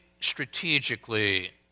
strategically